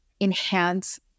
enhance